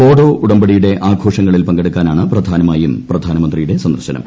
ബോഡോ ഉടമ്പടിയുടെ ആഘോഷങ്ങളിൽ പങ്കെടുക്കാനാണ് പ്രധാനമായും പ്രധാനമന്ത്രിയുടെ സന്ദർശനം